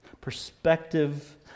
perspective